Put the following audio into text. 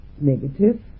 negative